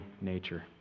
nature